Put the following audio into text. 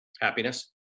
Happiness